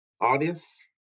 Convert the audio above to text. audience